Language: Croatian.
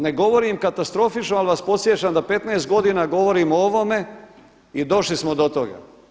Ne govorim katastrofično, ali vas podsjećam da 15 godina govorim o ovome i došli smo do toga.